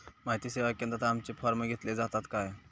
माहिती सेवा केंद्रात आमचे फॉर्म घेतले जातात काय?